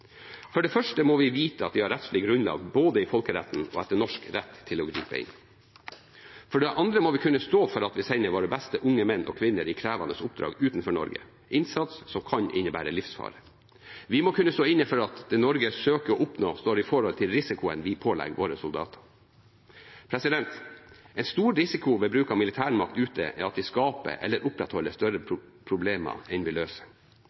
For det første må vi vite at vi har rettslig grunnlag både i folkeretten og etter norsk rett til å gripe inn. For det andre må vi kunne stå for at vi sender våre beste unge menn og kvinner i krevende oppdrag utenfor Norge, innsats som kan innebære livsfare. Vi må kunne stå inne for at det Norge søker å oppnå, står i forhold til risikoen vi pålegger våre soldater. En stor risiko ved bruk av militærmakt ute er at vi skaper eller opprettholder større problemer enn vi løser.